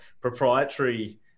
proprietary